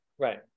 Right